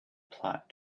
plot